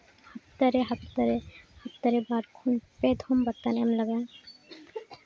ᱦᱟᱯᱛᱟᱨᱮ ᱦᱟᱯᱛᱟᱨᱮ ᱦᱟᱯᱛᱟᱨᱮ ᱵᱟᱨ ᱠᱷᱚᱱ ᱯᱮ ᱫᱷᱚᱢ ᱵᱵᱟᱛᱟᱱ ᱮᱢ ᱞᱟᱜᱟᱜᱼᱟ